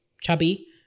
chubby